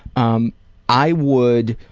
um i would,